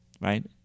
Right